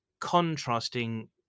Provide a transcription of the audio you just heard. contrasting